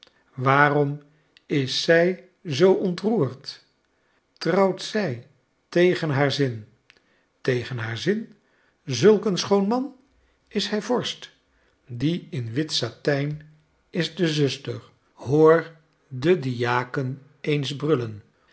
waarom is zij zoo ontroerd trouwt zij tegen haar zin tegen haar zin zulk een schoon man is hij vorst die in wit satijn is de zuster hoor de diaken eens brullen